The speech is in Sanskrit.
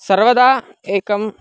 सर्वदा एकं